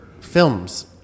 films